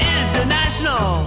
international